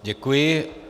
Děkuji.